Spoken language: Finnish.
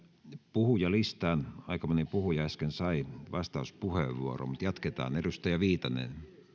puhujalistaan aika moni puhuja äsken sai vastauspuheenvuoron mutta jatketaan edustaja viitanen